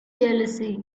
jealousy